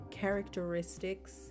characteristics